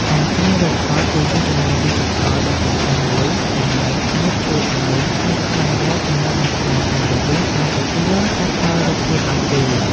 ការកែរូបថតគឺជាជំនាញឌីជីថលដ៏សំខាន់មួយដែលអាចជួយឱ្យអ្នកស្វែងរកចំណូលបន្ថែមតាមរយៈការទទួលកាត់តរូបភាពឱ្យគេ។